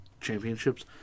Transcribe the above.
championships